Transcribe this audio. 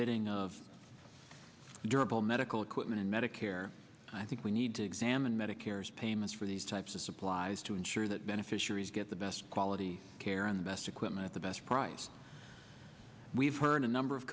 bidding of durable medical equipment and medicare i think we need to examine medicare payments for these types of supplies to ensure that beneficiaries get the best quality care and the best equipment the best price we've heard a number of